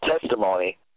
testimony